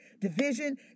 division